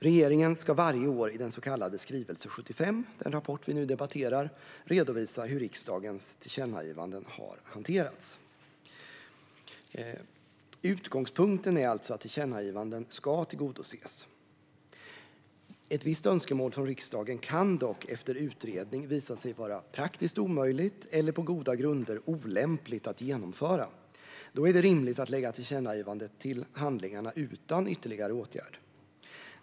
Regeringen ska varje år i den så kallade skrivelse 75, den rapport vi nu debatterar, redovisa hur riksdagens tillkännagivanden har hanterats. Utgångspunkten är alltså att tillkännagivanden ska tillgodoses. Ett visst önskemål från riksdagen kan dock efter utredning visa sig vara praktiskt omöjligt eller på goda grunder olämpligt att genomföra. Då är det rimligt att lägga tillkännagivandet till handlingarna utan ytterligare åtgärd.